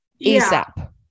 asap